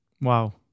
wow